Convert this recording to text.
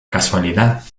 casualidad